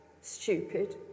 Stupid